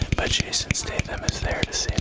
but jason statham is there to